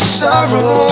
sorrow